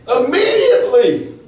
Immediately